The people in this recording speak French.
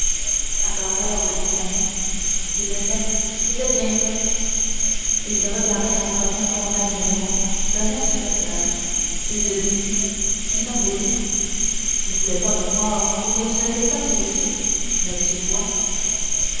accordeur de pianos c'était ça c'était bien ça et il regarda son voisin conrad néron d'un air supérieur et de défi qui semblait dire tu ne voulais pas me croire ou bien tu ne sais pas ce que c'est mais tu vois